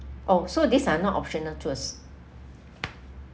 oh so these are not optional tours